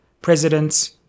presidents